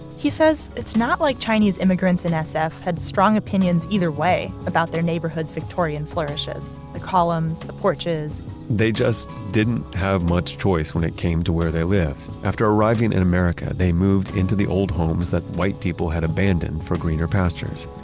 he says it's not like chinese immigrants in sf had strong opinions either way about their neighborhood's victorian flourishes the columns, the porches they just didn't have much choice when it came to where they lived. after arriving in america, they moved into the old homes that white people had abandoned for greener pastures.